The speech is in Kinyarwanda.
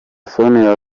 sonia